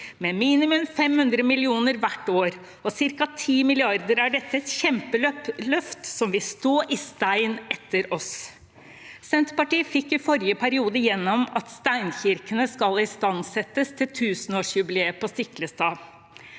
Med minimum 500 mill. kr hvert år og ca. 10 mrd. kr er dette et kjempeløft som vil stå i stein etter oss. Senterpartiet fikk i forrige periode gjennom at steinkirkene skal istandsettes til tusenårsjubileet på Stiklestad.